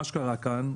מה שקרה כאן,